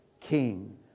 King